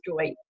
joy